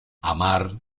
amar